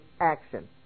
action